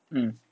mm